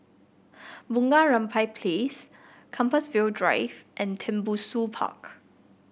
Bunga Rampai Place Compassvale Drive and Tembusu Park